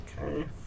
Okay